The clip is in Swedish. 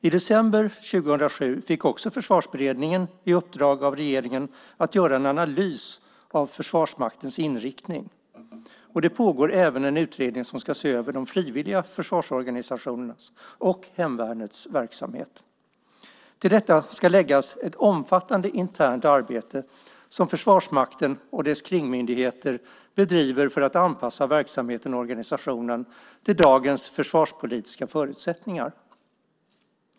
I december 2007 fick också Försvarsberedningen i uppdrag att göra en analys av Försvarsmaktens inriktning. Det pågår även en utredning som ska se över de frivilliga försvarsorganisationernas och Hemvärnets verksamhet. Till detta ska läggas ett omfattande internt arbete som Försvarsmakten och dess kringmyndigheter bedriver för att anpassa verksamheten och organisationen till dagens försvarspolitiska förutsättningar.